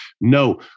No